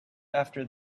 after